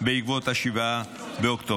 בעקבות 7 באוקטובר.